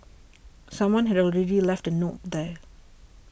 someone had already left a note there